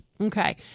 Okay